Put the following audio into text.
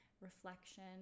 reflection